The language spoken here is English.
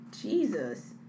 Jesus